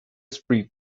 spread